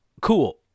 Cool